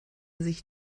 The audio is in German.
sich